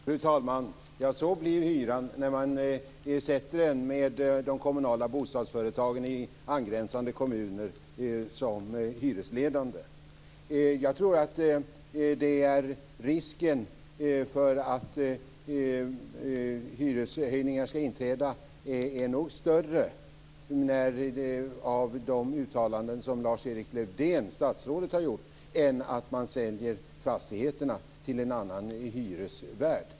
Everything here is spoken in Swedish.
Fru talman! Ja, så blir hyran när man sätter den med de kommunala bostadsföretagen i angränsande kommuner som hyresledande. Jag tror att risken för att hyreshöjningar skall inträda är större efter de uttalanden som statsrådet Lars-Erik Lövdén har gjort än när man säljer fastigheterna till en annan hyresvärd.